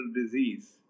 disease